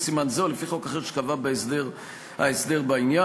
סימן זה או לפי חוק אחר שקבע ההסדר בעניין.